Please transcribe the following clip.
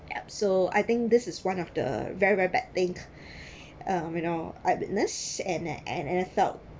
ya so I think this is one of the very very bad thing um you know a witness and and and I felt